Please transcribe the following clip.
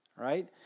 right